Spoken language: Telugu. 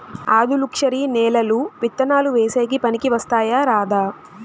ఆధులుక్షరి నేలలు విత్తనాలు వేసేకి పనికి వస్తాయా రాదా?